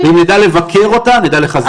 אם נדע לבקר אותה, נדע לחזק אותה.